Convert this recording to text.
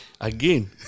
again